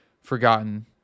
forgotten